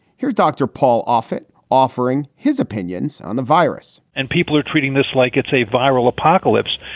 here's dr. paul offit offering his opinions on the virus and people are treating this like it's a viral apocalypse.